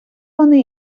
вони